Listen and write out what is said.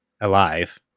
Alive